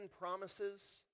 promises